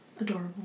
Adorable